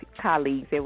colleagues